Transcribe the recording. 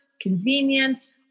convenience